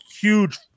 huge